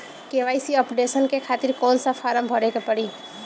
KYC updation के खातिर कौन सा फारम भरे के पड़ी?